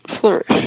flourish